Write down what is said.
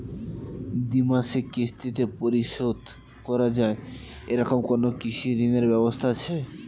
দ্বিমাসিক কিস্তিতে পরিশোধ করা য়ায় এরকম কোনো কৃষি ঋণের ব্যবস্থা আছে?